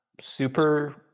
super